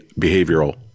behavioral